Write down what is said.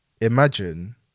imagine